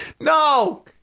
No